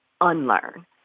unlearn